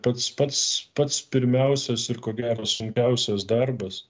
pats pats pats pirmiausias ir ko gero sunkiausias darbas